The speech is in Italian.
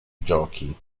giochi